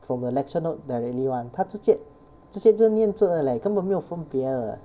from the lecture note directly [one] 他直接直接这样念着的 leh 根本没有分别的